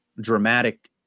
dramatic